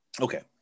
Okay